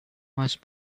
mass